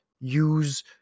use